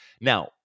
Now